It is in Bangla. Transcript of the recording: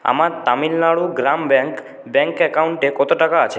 আমার তামিলনাড়ু গ্রাম ব্যাংক ব্যাংক অ্যাকাউন্টে কত টাকা আছে